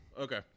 okay